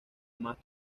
más